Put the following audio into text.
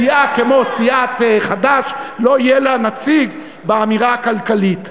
שלסיעה כמו סיעת חד"ש לא יהיה נציג באמירה הכלכלית,